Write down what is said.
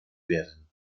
werden